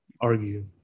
argue